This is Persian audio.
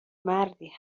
مردی